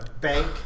bank